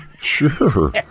Sure